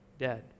Dead